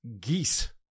geese